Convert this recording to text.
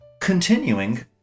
continuing